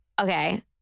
Okay